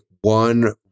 one